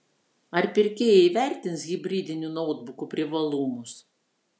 ar pirkėjai įvertins hibridinių noutbukų privalumus